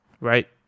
Right